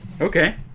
Okay